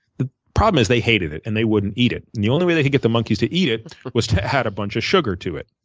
the problem is they hated it, and they wouldn't eat it. and the only way they could get the monkeys to eat it was to add a bunch of sugar to it.